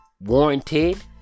warranted